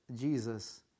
Jesus